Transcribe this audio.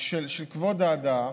של כבוד האדם,